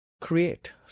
create